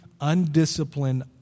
undisciplined